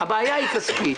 הבעיה היא כספית,